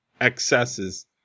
excesses